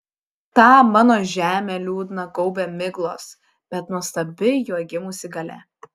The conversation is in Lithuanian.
tą mano žemę liūdną gaubia miglos bet nuostabi joj gimusi galia